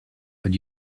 but